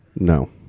No